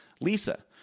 Lisa